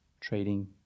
trading